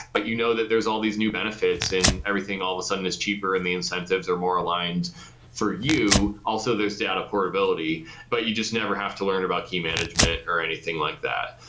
but you know that there is all this new benefits and everything all of a sudden is cheaper and the incentives are more aligned for you. also there's data portability but you just never have to learn about key management or anything like that.